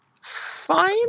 fine